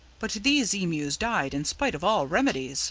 but these emus died in spite of all remedies